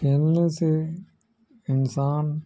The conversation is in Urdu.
کھیلنے سے انسان